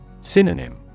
Synonym